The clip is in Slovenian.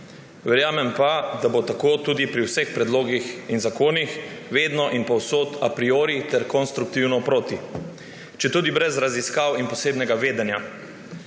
Verjamem pa, da bo tako tudi pri vseh predlogih in zakonih vedno in povsod a priori ter konstruktivno proti, četudi brez raziskav in posebnega vedenja.